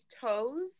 toes